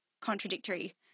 contradictory